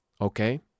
okay